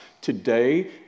Today